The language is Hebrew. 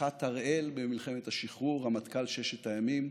מח"ט הראל במלחמת השחרור, רמטכ"ל ששת הימים,